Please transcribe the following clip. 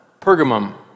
Pergamum